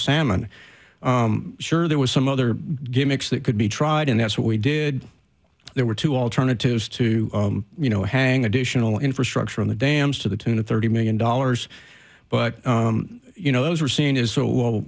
salmon sure there was some other gimmicks that could be tried and that's what we did there were two alternatives to you know hang additional infrastructure in the dams to the tune of thirty million dollars but you know those were seen as so